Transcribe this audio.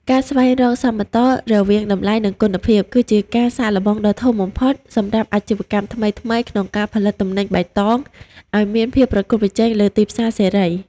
ការស្វែងរក "សមតុល្យរវាងតម្លៃ និងគុណភាព" គឺជាការសាកល្បងដ៏ធំបំផុតសម្រាប់អាជីវកម្មថ្មីៗក្នុងការផលិតទំនិញបៃតងឱ្យមានភាពប្រកួតប្រជែងលើទីផ្សារសេរី។